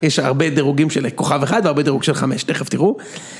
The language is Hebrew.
יש הרבה דירוגים של כוכב אחד והרבה דירוג של חמש, תכף תראו.